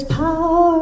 power